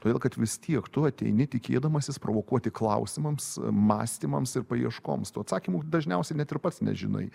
todėl kad vis tiek tu ateini tikėdamasis provokuoti klausimams mąstymams ir paieškoms tų atsakymų dažniausiai net ir pats nežinai